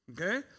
okay